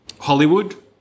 Hollywood